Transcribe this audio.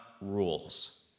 rules